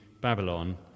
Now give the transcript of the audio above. Babylon